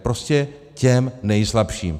Prostě těm nejslabším.